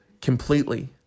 completely